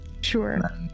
Sure